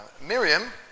Miriam